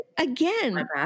again